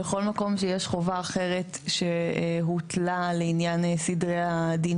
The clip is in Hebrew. בכל מקום שיש חובה אחרת שהוטלה לעניין סדרי הדין